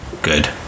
good